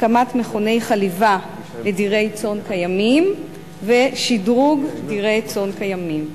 הקמת מכוני חליבה לדירי צאן קיימים ושדרוג דירי צאן קיימים.